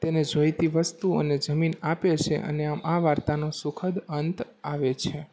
તેને જોઈતી વસ્તુ અને જમીન આપે છે અને આમ આ વાર્તાનો સુખદ અંત આવે છે